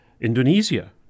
Indonesia